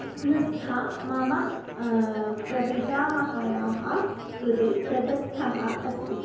उनुस्खा मम प्रपितामह्याः कृते प्रदत्तः अस्ति